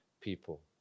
people